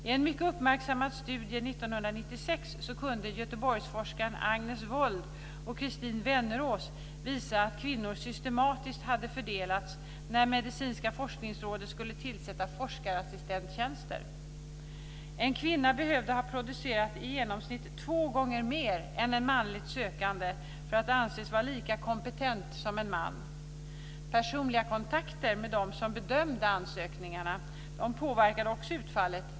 I en mycket uppmärksammad studie 1996 kunde Göteborgsforskarna Agnes Wold och Christine Wennerås visa att kvinnor systematiskt hade förfördelats när Medicinska forskningsrådet skulle tillsätta forskarassistenttjänster. En kvinna behövde ha producerat i genomsnitt två gånger mer än en manlig sökande för att anses vara lika kompetent som en man. Undersökningen visade också att personliga kontakter med dem som bedömde ansökningarna påverkade utfallet.